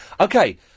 Okay